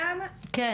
אפשר.